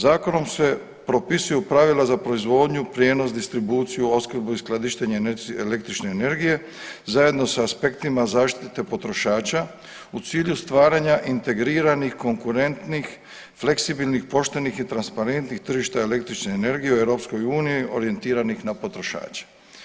Zakonom se propisuju pravila za proizvodnju, prijenos, distribuciju, opskrbu i skladištenje električne energije zajedno s aspektima zaštite potrošača u cilju stvaranja integriranih, konkurentnih, fleksibilnih, poštenih i transparentnih tržišta električne energije u EU orijentiranih na potrošače.